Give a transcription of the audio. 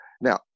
Now